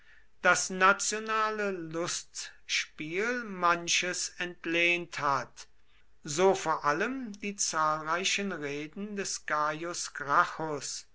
das nationale lustspiel manches entlehnt hat so vor allem die zahlreichen reden des